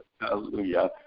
Hallelujah